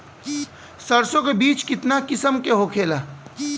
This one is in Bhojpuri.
सरसो के बिज कितना किस्म के होखे ला?